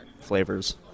flavors